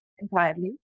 entirely